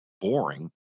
Boring